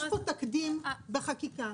יש פה תקדים בחקיקה,